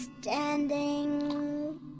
standing